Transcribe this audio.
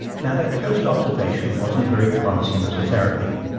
now that first observation wasn't very promising as a therapy.